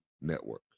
Network